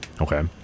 Okay